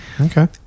Okay